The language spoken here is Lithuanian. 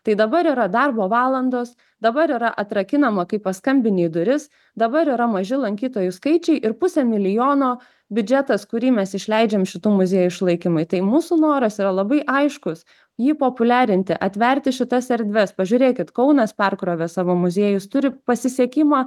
tai dabar yra darbo valandos dabar yra atrakinama kai paskambini į duris dabar yra maži lankytojų skaičiai ir pusė milijono biudžetas kurį mes išleidžiam šitų muziejų išlaikymui tai mūsų noras yra labai aiškus jį populiarinti atverti šitas erdves pažiūrėkit kaunas perkrovė savo muziejus turi pasisekimą